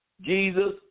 Jesus